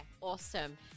Awesome